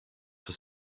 for